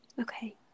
Okay